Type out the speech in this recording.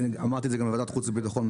אמרתי את זה קודם גם בוועדת החוץ והביטחון.